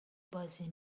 بازی